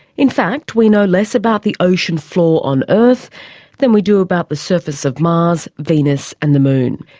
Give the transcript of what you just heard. in fact we know less about the ocean floor on earth than we do about the surface of mars, venus and the moon.